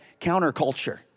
counterculture